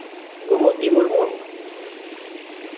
Gumoti Murmu